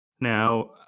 Now